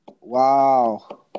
Wow